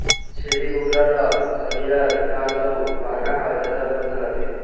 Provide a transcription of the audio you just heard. छेरी बोकरा ल हरियर घास अउ पाना ह जादा पसंद आथे